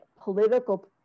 political